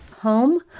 home